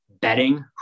betting